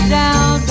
down